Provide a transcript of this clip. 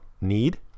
need